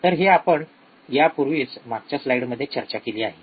तर हे आपण यापूर्वीच मागच्या स्लाइडमध्ये चर्चा केली आहे